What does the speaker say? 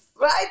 right